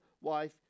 wife